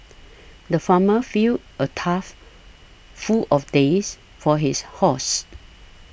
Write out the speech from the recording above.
the farmer filled a trough full of days for his horses